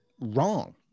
wrong